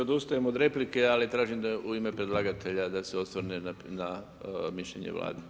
Odustajem od replike, ali tražim u ime predlagatelja da se osvrne na mišljenje Vlade.